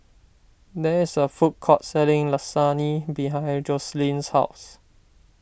there is a food court selling Lasagne behind Joseline's house